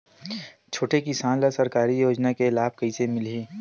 छोटे किसान ला सरकारी योजना के लाभ कइसे मिलही?